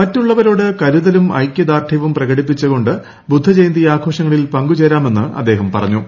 മറ്റുള്ളവരോട് കരുതലും ഐകൃദാർഢ്യവും പ്രകൃടിപ്പിച്ചു് കൊണ്ട് ബുദ്ധ ജയന്തി ആഘോഷങ്ങളിൽ പങ്കുചേരാമെന്ന് അദ്ദേഹം പറഞ്ഞു